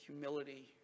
humility